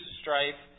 strife